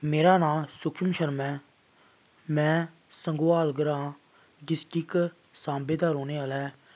मेरा नांऽ सुक्ष्म शर्मा ऐ में संगोआल ग्रांऽ डिस्टिक सांबे दा रौह्ने आह्लां ऐ